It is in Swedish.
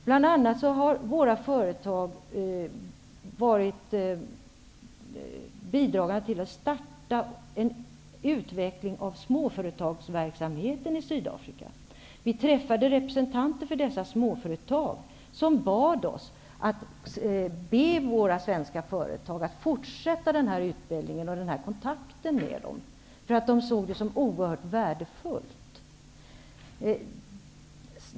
Bl.a. har våra företag varit med och startat en utveckling av småföretagsverksamheten i Sydafrika. Vi träffade representanter för dessa småföretag, som bad oss att be våra svenska företag att fortsätta den här utvecklingen och upprätthålla kontakten med de sydafrikanska småföretagen, eftersom de såg det som oerhört värdefullt.